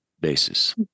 basis